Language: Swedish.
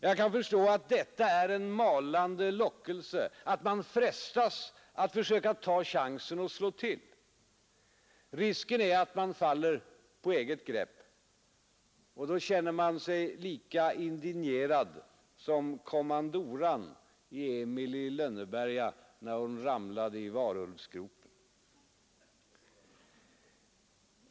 Jag kan förstå att detta är en stark lockelse och att man frestas att försöka ta chansen och slå till. Risken är att man faller på eget grepp. Då känner man sig lika indignerad som kommandoran i ”Emil i Lönneberga” när hon ramlade i varulvsgropen.